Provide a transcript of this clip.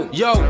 yo